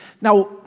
now